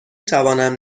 توانم